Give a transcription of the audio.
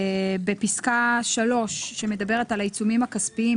בפסקה (3) שמדברת על העיצומים הכספיים,